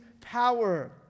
power